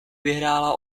vyhrála